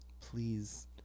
please